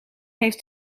heeft